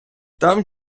там